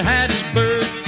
Hattiesburg